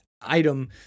item